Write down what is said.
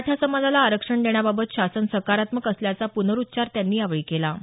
मराठा समाजाला आरक्षण देण्याबाबत शासन सकारात्मक असल्याचा प्नरुच्चार त्यांनी यावेळी केला